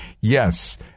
Yes